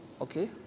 Okay